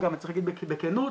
צריך להגיד בכנות,